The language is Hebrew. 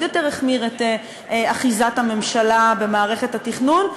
יותר החמיר את אחיזת הממשלה במערכת התכנון.